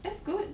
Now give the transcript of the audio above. that's good